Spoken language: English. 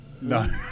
No